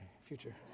future